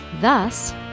Thus